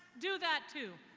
do that, too.